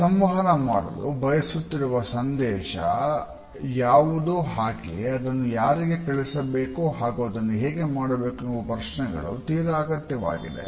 ನಾವು ಸಂವಹನ ಮಾಡಲು ಬಯಸುತ್ತಿರುವ ಸಂದೇಶ ಯಾವುದು ಹಾಗೆಯೆ ಅದನ್ನುಯಾರಿಗೆ ಕಳುಹಿಸಬೇಕು ಹಾಗು ಅದನ್ನುಹೇಗೆ ಮಾಡಬೇಕು ಎಂಬ ಪ್ರಶ್ನೆಗಳು ತೀರಾ ಅಗತ್ಯವಾಗಿದೆ